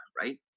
right